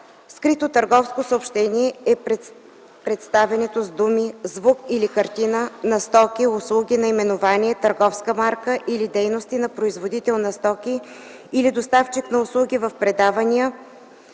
Скрито търговско съобщение е представянето с думи, звук или картина на стоки, услуги, наименование, търговска марка или дейности на производител на стоки или доставчик на услуги в предавания,